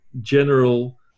general